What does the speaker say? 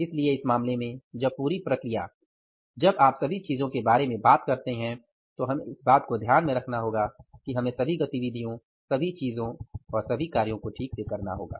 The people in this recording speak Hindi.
इसलिए इस मामले में जब पूरी प्रक्रिया जब आप सभी चीजों के बारे में बात करते हैं तो हमें इस बात को ध्यान में रखना होगा कि हमें सभी गतिविधियों सभी चीजों और सभी कार्यों को ठीक से करना होगा